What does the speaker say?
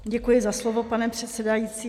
Děkuji za slovo, pane předsedající.